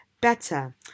better